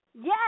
Yes